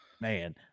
Man